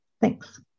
Thanks